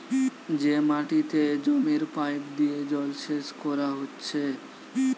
যে মাটিতে জমির পাইপ দিয়ে জলসেচ কোরা হচ্ছে